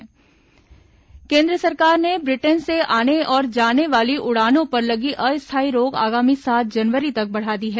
केन्द्र उड़ान रोक केन्द्र सरकार ने ब्रिटेन से आने और जाने वाली उड़ानों पर लगी अस्थाई रोक आगामी सात जनवरी तक बढ़ा दी है